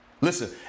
Listen